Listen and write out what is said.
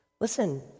listen